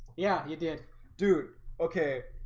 yeah, you did dude okay,